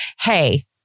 hey